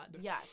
Yes